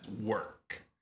work